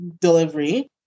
delivery